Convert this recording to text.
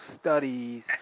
studies